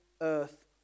earth